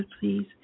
please